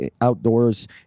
outdoors